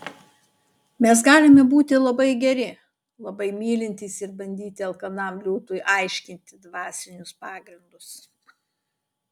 mes galime būti labai geri labai mylintys ir bandyti alkanam liūtui aiškinti dvasinius pagrindus